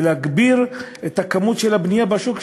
ולהגביר את הכמות של הבנייה בשוק,